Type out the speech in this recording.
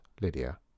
Lydia